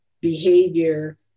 behavior